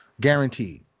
Guaranteed